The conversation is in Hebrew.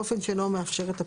באופן שאינו מאפשר את הפעולה.